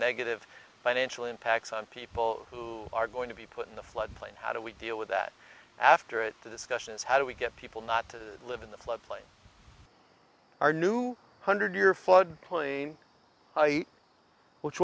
negative financial impacts on people who are going to be put in the floodplain how do we deal with that after it the discussion is how do we get people not to live in the flood plain our new hundred year flood plain which